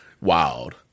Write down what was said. wild